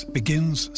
begins